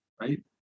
right